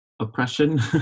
oppression